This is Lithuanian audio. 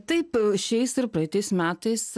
taip šiais ir praeitais metais